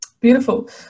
Beautiful